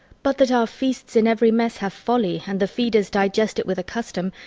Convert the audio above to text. but that our feasts in every mess have folly, and the feeders digest it with a custom,